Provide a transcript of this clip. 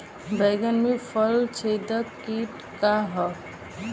बैंगन में फल छेदक किट का ह?